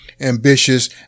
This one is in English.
ambitious